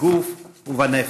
בגוף ובנפש.